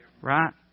right